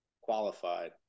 qualified